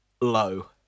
low